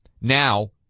now